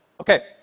Okay